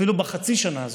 ואפילו בחצי שנה הזאת,